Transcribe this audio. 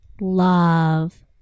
love